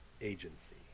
agency